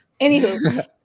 anywho